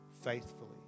faithfully